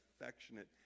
affectionate